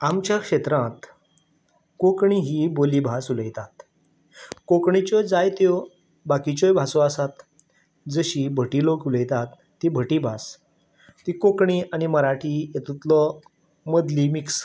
आमच्या क्षेत्रांत कोंकणी ही बोली भास उलयतात कोंकणीच्यो जायत्यो बाकिच्योय भासो आसात जशी भटी लोक उलयतात ती भटी भास ती कोंकणी आनी मराठी हितुंतलो मदली मिक्स